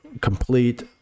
complete